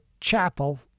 chapel